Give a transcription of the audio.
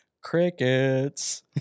Crickets